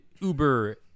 Uber